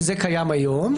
זה קיים היום.